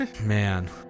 Man